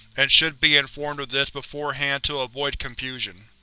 and should be informed of this beforehand to avoid confusion.